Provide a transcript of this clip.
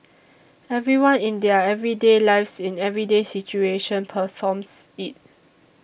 everyone in their everyday lives in everyday situation performs it